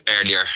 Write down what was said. earlier